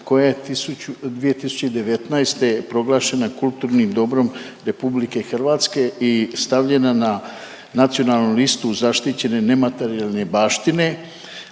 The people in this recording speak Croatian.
koja je 2019. proglašena kulturnim dobrom Republike Hrvatske i stavljena na nacionalnu listu zaštićene nematerijalne baštine,